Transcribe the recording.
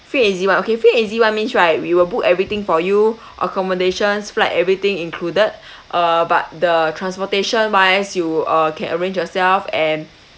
free and easy one okay free and easy one means right we will book everything for you accommodations flight everything included uh but the transportation wise you uh can arrange yourself and